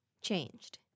changed